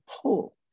pull